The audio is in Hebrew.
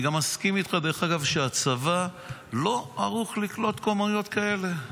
אני גם מסכים איתך שהצבא לא ערוך לקלוט כמויות כאלה.